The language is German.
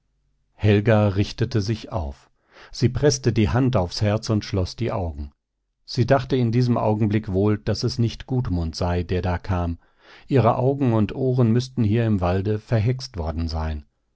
helga richtete sich auf sie preßte die hand aufs herz und schloß die augen sie dachte in diesem augenblick wohl daß es nicht gudmund sei der da kam ihre augen und ohren müßten hier im walde verhext worden sein